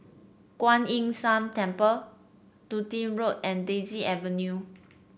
Kuan Yin San Temple Dundee Road and Daisy Avenue